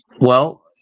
Well-